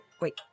wait